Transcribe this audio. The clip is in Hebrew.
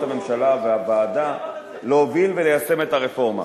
הממשלה והוועדה להוביל וליישם את הרפורמה.